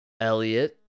Elliot